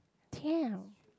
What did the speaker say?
damn